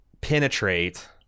penetrate